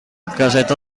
caseta